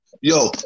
Yo